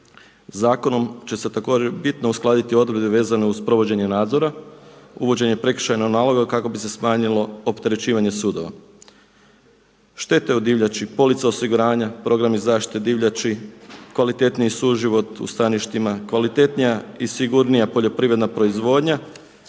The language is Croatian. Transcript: Zakonom će se također bitno uskladiti odredbe vezane uz provođenje nadzora, uvođenje prekršajnog naloga kako bi se smanjilo opterećivanje sudova. Štete od divljači, police osiguranja, programi zaštite divljači, kvalitetniji suživot u staništima, kvalitetnija i sigurnija poljoprivredna proizvodnja,